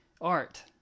art